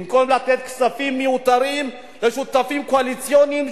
במקום לתת כספים מיותרים לשותפים קואליציוניים,